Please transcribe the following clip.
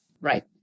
right